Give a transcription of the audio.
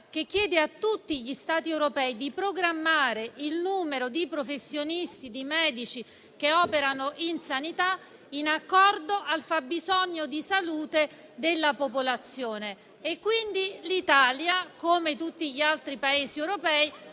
che chiede a tutti gli Stati europei di programmare il numero di professionisti e di medici che operano in sanità in accordo al fabbisogno di salute della popolazione. Quindi l'Italia, come tutti gli altri Paesi europei,